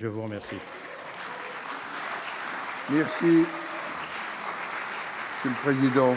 La parole est à Mme Maryse